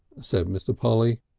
said mr. polly.